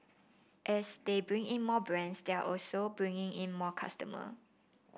as they bring in more brands they are also bringing in more customer